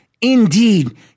indeed